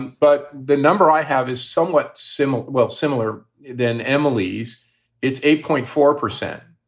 but the number i have is somewhat similar. well, similar then emily's it's eight point four percent.